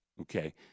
okay